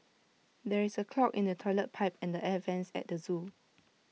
there is A clog in the Toilet Pipe and the air Vents at the Zoo